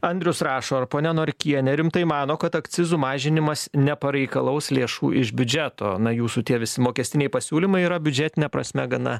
andrius rašo ponia norkienė rimtai mano kad akcizų mažinimas nepareikalaus lėšų iš biudžeto na jūsų tie visi mokestiniai pasiūlymai yra biudžetine prasme gana